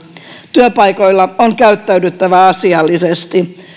työpaikoilla on käyttäydyttävä asiallisesti